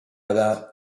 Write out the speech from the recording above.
other